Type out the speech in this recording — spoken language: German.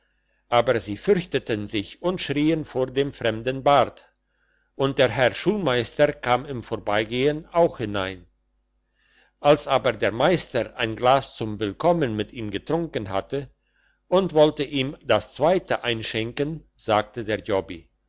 aber sie fürchteten sich und schrieen vor dem fremden bart und der herr schulmeister kam im vorbeigehen auch hinein als aber der meister ein glas zum willkommen mit ihm getrunken hatte und wollte ihm das zweite einschenken sagte der jobbi